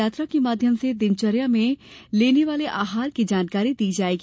यात्रा के माध्यम से दिनचर्या में लेने वाले आहार की जानकारी दी जाएगी